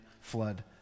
flood